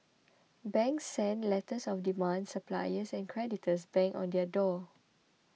banks sent letters of demand suppliers and creditors banged on their door